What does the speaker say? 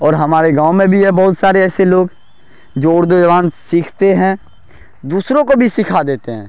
اور ہمارے گاؤں میں بھی ہے بہت سارے ایسے لوگ جو اردو زبان سیکھتے ہیں دوسروں کو بھی سکھا دیتے ہیں